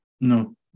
No